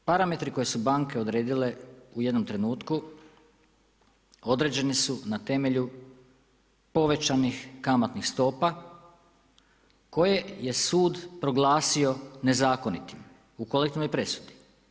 Dakle, parametri koje su banke odredile u jednom trenutku određene su na temelju povećanih kamatnih stopa koje je sud proglasio nezakonitim u kolektivnom presudi.